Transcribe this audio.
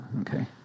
Okay